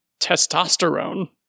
testosterone